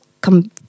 come